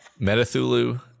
Metathulu